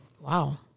Wow